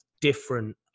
different